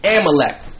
Amalek